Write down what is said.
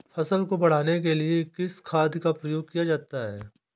फसल को बढ़ाने के लिए किस खाद का प्रयोग किया जाता है?